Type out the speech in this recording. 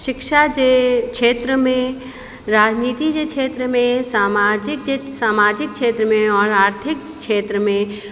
शिक्षा जे क्षेत्र में राजनिति जे क्षेत्र में सामाजिक जे सामाजिक क्षेत्र में और आर्थिक क्षेत्र में